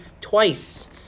twice